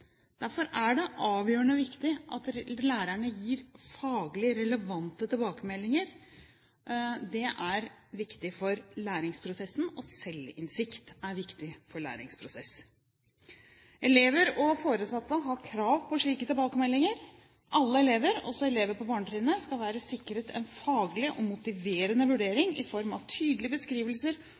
Derfor er det avgjørende viktig at lærerne gir faglig relevante tilbakemeldinger. Det er viktig for læringsprosessen, og selvinnsikt er viktig for læringsprosessen. Elever og foresatte har krav på slike tilbakemeldinger. Alle elever – også elever på barnetrinnet – skal være sikret en faglig og motiverende vurdering i form av tydelige beskrivelser